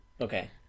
Okay